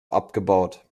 abgebaut